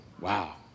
Wow